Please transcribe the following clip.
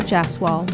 Jaswal